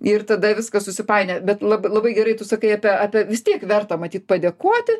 ir tada viskas susipainioja bet lab labai gerai tu sakai apie apie vis tiek verta matyt padėkoti